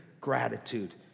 gratitude